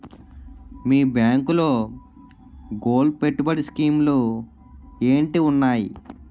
మీ బ్యాంకులో గోల్డ్ పెట్టుబడి స్కీం లు ఏంటి వున్నాయి?